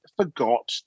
forgot